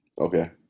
Okay